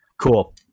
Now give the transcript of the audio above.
Cool